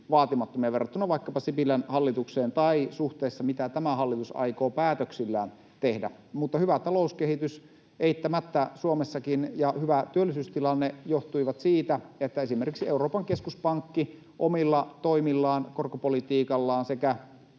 vaatimattomia verrattuna vaikkapa Sipilän hallitukseen tai suhteessa siihen, mitä tämä hallitus aikoo päätöksillään tehdä. Mutta hyvä talouskehitys ja hyvä työllisyystilanne eittämättä Suomessakin johtuivat siitä, että esimerkiksi Euroopan keskuspankki omilla toimillaan, korkopolitiikallaan sekä